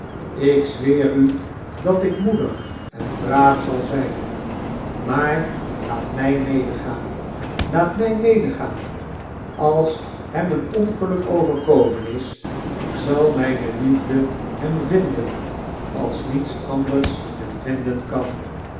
ik zweer u dat ik moedig en braaf zal zyn maar laat mfl medegaan laat my medegaan als hem een ongeluk overkomen is zal nape liefde hem vinden ais niets anders hem vinden kan